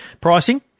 Pricing